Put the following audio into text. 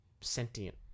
sentient